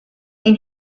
and